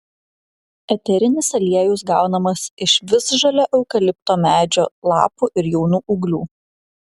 eterinis aliejus gaunamas iš visžalio eukalipto medžio lapų ir jaunų ūglių